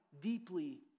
deeply